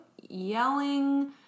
yelling